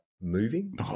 moving